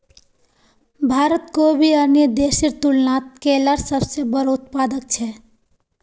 भारत कोई भी अन्य देशेर तुलनात केलार सबसे बोड़ो उत्पादक छे